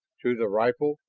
to the rifle,